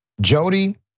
Jody